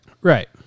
Right